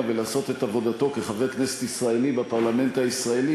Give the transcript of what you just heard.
ולעשות את עבודתו כחבר כנסת ישראלי בפרלמנט הישראלי,